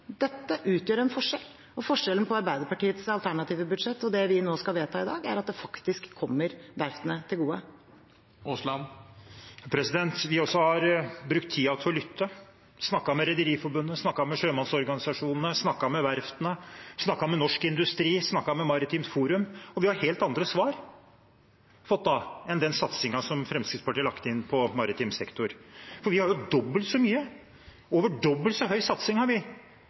Arbeiderpartiets alternative budsjett og det vi skal vedta i dag, er at det faktisk kommer verftene til gode. Vi også har brukt tiden til å lytte og har snakket med Rederiforbundet, med sjømannsorganisasjonene, med verftene, med Norsk Industri og med Maritimt Forum, og vi har fått helt andre svar enn den satsingen som Fremskrittspartiet har lagt inn for maritim sektor. Vi har dobbelt så mye. Over dobbelt så høy satsing har vi